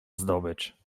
zdobycz